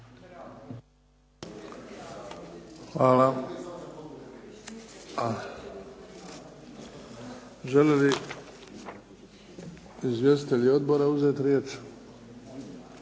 Hvala. Želi li izvjestitelji odbora uzeti riječ?